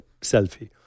selfie